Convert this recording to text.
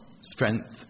strength